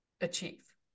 achieve